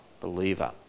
believer